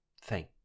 thank